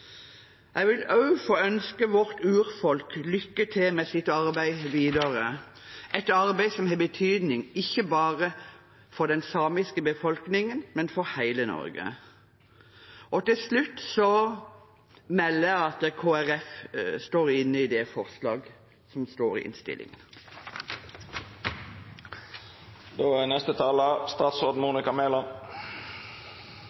Jeg vil også få ønske vårt urfolk lykke til med sitt arbeid videre, et arbeid som har betydning ikke bare for den samiske befolkningen, men for hele Norge. Til slutt melder jeg at Kristelig Folkeparti står